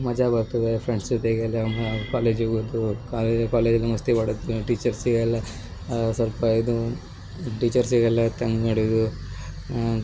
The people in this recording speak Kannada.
ಮಜಾ ಬರ್ತದೆ ಫ್ರೆಂಡ್ಸ್ ಜೊತೆಗೆಲ್ಲ ಕಾಲೇಜಿಗೆ ಹೋಗೋದು ಕಾಲೇಜ್ ಕಾಲೇಜಿಗೆ ಮಸ್ತಿ ಹೊಡೆದು ಟೀಚರ್ಸಿಗೆಲ್ಲ ಸ್ವಲ್ಪ ಇದು ಟೀಚರ್ಸಿಗೆಲ್ಲ ಹೊಡೆದು